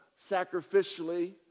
sacrificially